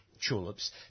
tulips